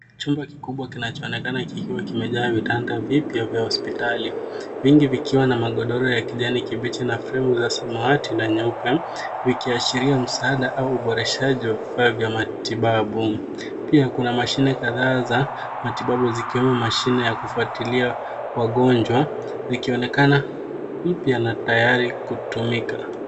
Chumba kikubwa kinachoonnekana kikiwa kimejaa vitanda vipya vya hospitali, vingi vikiwa na magodoro ya kijani kibichi na fremu za samawati na nyeupe, vikiashiria msaada au uboreshaji wa vifaa vya matibabu. Pia kuna mashine kadhaa za matibabu zikiwemo mashine ya kufuatilia wagonjwa vikionekana mpya na tayari kutumika.